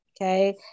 Okay